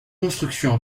constructions